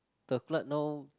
the club no